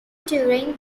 during